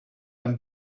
and